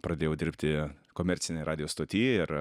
pradėjau dirbti komercinėj radijo stotyje ir